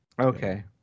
Okay